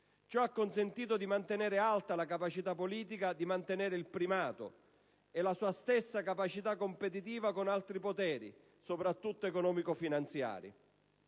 Ciò ha consentito di mantenere alta la capacità politica, di mantenere il primato e la sua stessa capacità competitiva con altri poteri, soprattutto economico-finanziari.